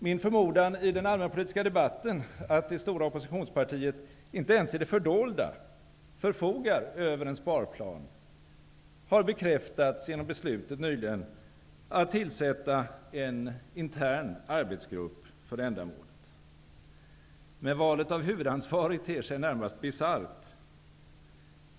Min förmodan i den allmänpolitiska debatten att det stora oppositionspartiet inte ens i det fördolda förfogar över en sparplan har bekräftats genom beslutet nyligen att tillsätta en intern arbetsgrupp för ändamålet. Valet av huvudansvarig ter sig närmast bisarrt.